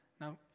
Now